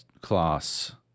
class